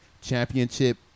championship